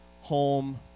home